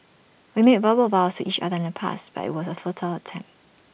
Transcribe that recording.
we made verbal vows to each other in the past but IT was A futile attempt